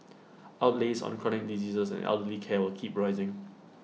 outlays on chronic diseases and elderly care will keep rising